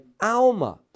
alma